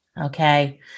Okay